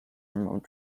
remote